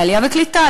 עלייה וקליטה,